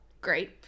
Great